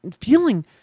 feeling